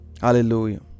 Hallelujah